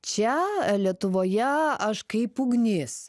čia lietuvoje aš kaip ugnis